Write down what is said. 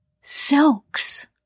silks